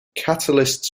catalysts